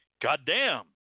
goddamn